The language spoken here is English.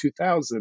2000